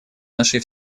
нашей